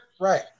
Right